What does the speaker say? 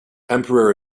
emperor